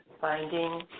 Finding